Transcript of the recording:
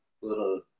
little